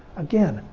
again,